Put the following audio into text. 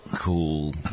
cool